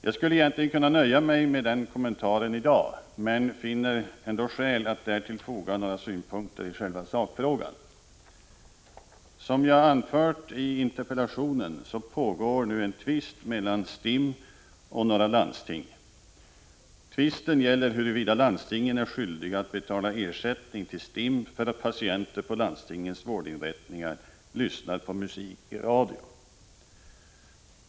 Jag skulle egentligen kunna nöja mig med denna kommentar i dag, men jag finner ändå skäl att därtill foga några synpunkter i själva sakfrågan. Som jag har anfört i interpellationen pågår en tvist mellan STIM och några landsting. Tvisten gäller huruvida landstingen är skyldiga att betala ersättning till STIM för att patienter på landstingens vårdinrättningar lyssnar på musik i radio.